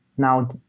Now